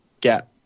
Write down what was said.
get